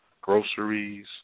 Groceries